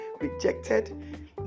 rejected